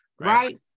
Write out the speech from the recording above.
right